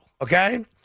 okay